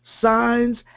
signs